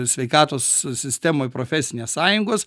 sveikatos sistemoj profesinės sąjungos